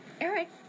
Eric